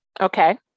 Okay